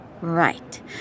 Right